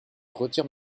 retire